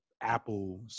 apple